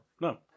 No